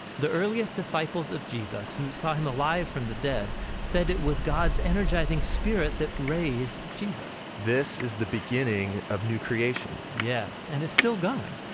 the earliest disciples of jesus who saw him alive from the dead said it was god's energizing spirit that raised jesus. this is the beginning of new creation. yes, and it is still going.